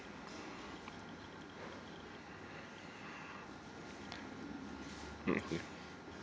mmhmm